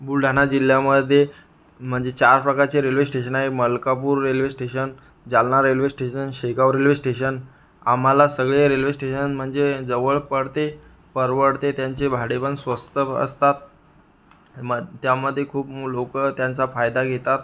बुलढाणा जिल्ह्यामधे म्हणजे चार प्रकारचे रेल्वे स्टेशन आहे Malkapur railway station Jalna railway station Shegaon railway station आम्हाला सगळे रेल्वे स्टेशन म्हणजे जवळ पडते परवडते त्यांचे भाडेपण स्वस्त ब असतात मग त्यामधे खूप लोक त्यांचा फायदा घेतात